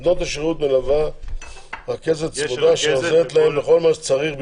את בנות השירות מלווה רכזת צמודה שעוזרת להן בכל מה שצריך,